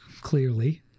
clearly